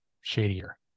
shadier